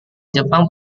jepang